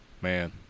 man